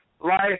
life